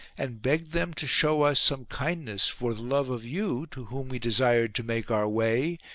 and begged them to show us some kindness for the love of you, to whom we desired to make our way,